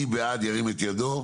מי בעד ההסתייגויות ירים את ידו?